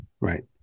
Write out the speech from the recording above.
Right